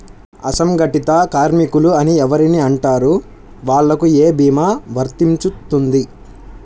అసంగటిత కార్మికులు అని ఎవరిని అంటారు? వాళ్లకు ఏ భీమా వర్తించుతుంది?